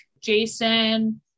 Jason